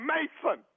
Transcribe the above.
Mason